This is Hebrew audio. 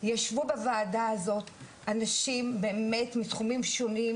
ישבו בוועדה הזאת אנשים באמת מתחומים שונים,